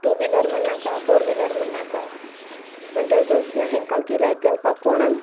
two wheeler म्हण्णाका four wheeler म्हण्णाका म्हणटकच हांकां गिरायक घालपाक कोणाक